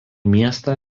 miestą